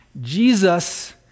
Jesus